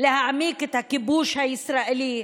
להעמיק את הכיבוש הישראלי,